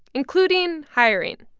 including hiring.